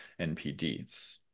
NPDs